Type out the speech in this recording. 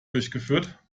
durchgeführt